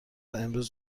امروز